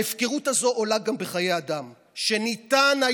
ההפקרות הזאת עולה גם בחיי אדם שאפשר היה